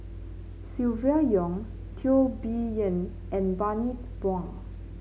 Silvia Yong Teo Bee Yen and Bani Buang